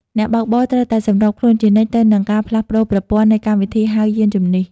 អ្នកបើកបរត្រូវតែសម្របខ្លួនជានិច្ចទៅនឹងការផ្លាស់ប្តូរប្រព័ន្ធ នៃកម្មវិធីហៅយានជំនិះ។